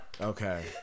okay